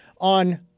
on